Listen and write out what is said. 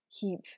keep